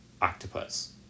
octopus